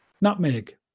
Nutmeg